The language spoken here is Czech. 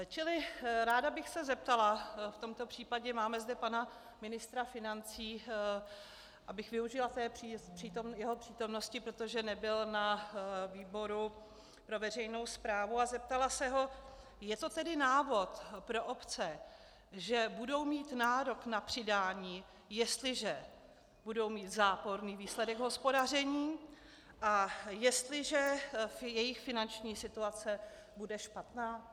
Čili ráda bych se zeptala v tomto případě máme zde pana ministra financí, abych využila jeho přítomnosti, protože nebyl na výboru pro veřejnou správu, a zeptala se ho: Je to tedy návod pro obce, že budou mít nárok na přidání, jestliže budou mít záporný výsledek hospodaření a jestliže jejich finanční situace bude špatná?